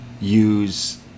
use